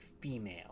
female